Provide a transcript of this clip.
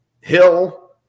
Hill